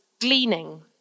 gleaning